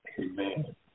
Amen